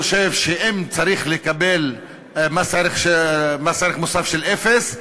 אני חושב שאם צריך לקבל מס ערך מוסף של אפס,